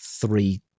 three